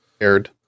aired